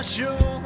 show